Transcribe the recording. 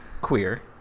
queer